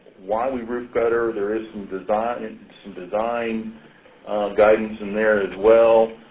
why we roof gutter. there is some design and some design guidance in there, as well.